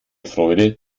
freude